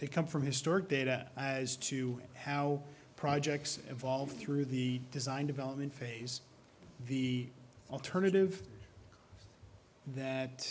they come from historic data as to how projects evolve through the design development phase the alternative that